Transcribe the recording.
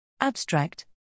Abstract